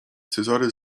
cezary